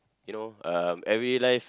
you know um every life